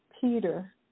Peter